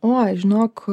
oi žinok